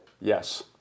Yes